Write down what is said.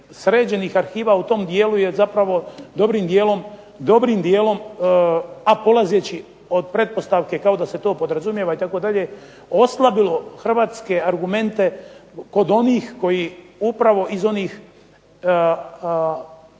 sređenih arhiva u tom dijelu je zapravo dobrim djelom a polazeći od pretpostavke kao da se to podrazumijeva itd. oslabilo hrvatske argumente kod onih koji upravo iz onih